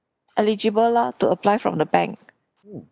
eligible lor to apply from the bank